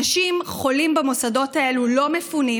אנשים חולים במוסדות האלה לא מפונים.